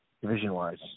division-wise